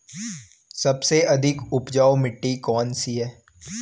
सबसे अधिक उपजाऊ मिट्टी कौन सी है?